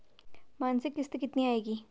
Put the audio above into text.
मासिक किश्त कितनी आएगी?